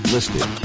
Listed